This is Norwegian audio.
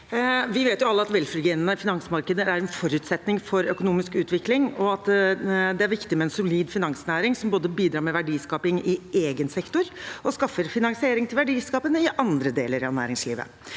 Vi vet alle at velfungerende finansmarkeder er en forutsetning for økonomisk utvikling, og at det er viktig med en solid finansnæring som både bidrar med verdiskaping i egen sektor og skaffer finansiering til verdiskapingen i andre deler av næringslivet.